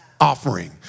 offering